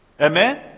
Amen